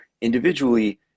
individually